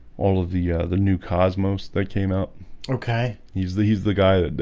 all of the the new cosmos that came out okay? he's the he's the guy that